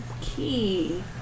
Key